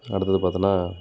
அடுத்தது பார்த்தோன்னா